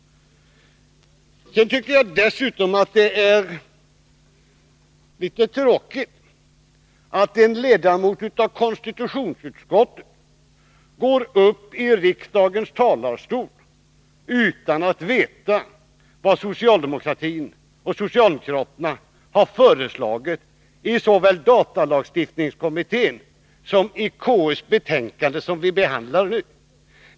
Jag tycker dessutom att det är litet tråkigt att en ledamot av konstitutionsutskottet går upp i riksdagens talarstol utan att veta vad socialdemokraterna har föreslagit i såväl datalagstiftningskommittén som det kulturutskottets betänkande som vi behandlar nu.